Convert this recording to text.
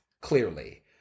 clearly